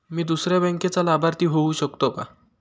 मी दुसऱ्या बँकेचा लाभार्थी होऊ शकतो का?